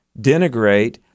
denigrate